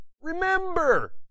remember